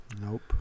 Nope